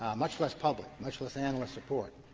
much less public, much less analyst support,